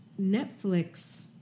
Netflix